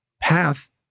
path